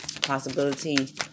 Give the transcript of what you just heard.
Possibility